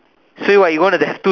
so what you gonna there's two